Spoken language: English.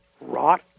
rot